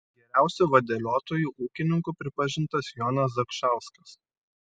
geriausiu vadeliotoju ūkininku pripažintas jonas zakšauskas